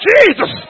Jesus